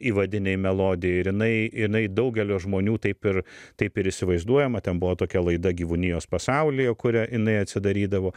įvadinei melodijai ir jinai jinai daugelio žmonių taip ir taip ir įsivaizduojama ten buvo tokia laida gyvūnijos pasaulyje kuria jinai atsidarydavo